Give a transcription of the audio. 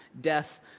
death